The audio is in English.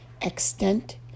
extent